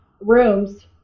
rooms